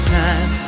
time